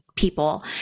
people